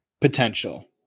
potential